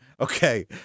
Okay